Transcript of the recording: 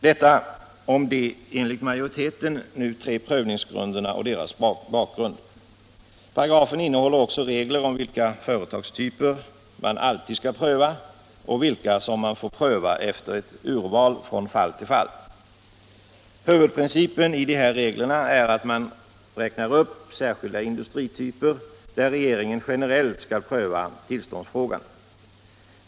Detta om de — enligt majoriteten — tre prövningsgrunderna och deras bakgrund. Paragrafen innehåller också regler om vilka företagstyper man alltid skall pröva och vilka man får pröva efter ett urval från fall till fall. Huvudprincipen i dessa regler är att man räknar upp särskilda industrityper där regeringen generellt skall pröva tillståndsfrågan.